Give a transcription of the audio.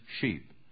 sheep